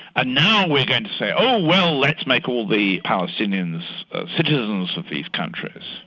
ah now we're going to say, oh well, let's make all the palestinians citizens of these countries.